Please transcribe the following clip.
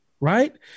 right